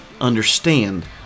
understand